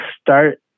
start